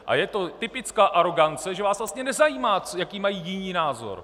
A je to typická arogance, že vás vlastně nezajímá, jaký mají jiní názor.